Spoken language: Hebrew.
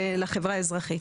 לחברה האזרחית.